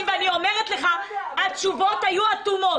אבל אני אומרת לך שהתשובות היו אטומות.